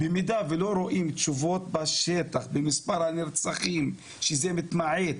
היא משימה שבשנה האחרונה באמת לאור מספר הנרצחים בחברה הערבית,